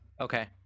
Okay